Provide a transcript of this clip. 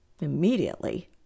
immediately